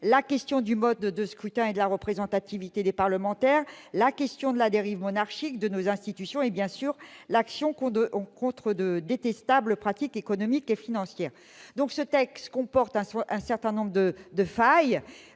la question du mode de scrutin et de la représentativité des parlementaires, celle de la dérive monarchique de nos institutions et, bien sûr, la nécessité d'actions contre de détestables pratiques économiques et financières. Ce texte comporte donc des failles